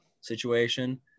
situation